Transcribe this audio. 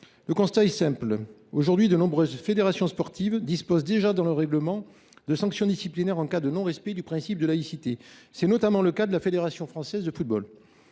Le constat est simple. Aujourd’hui, de nombreuses fédérations sportives disposent déjà dans leur règlement de sanctions disciplinaires en cas de non respect du principe de laïcité. C’est notamment le cas de la fédération française de football.